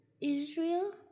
Israel